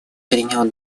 принял